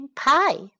pie 。